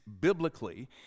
biblically